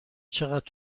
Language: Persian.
چقدر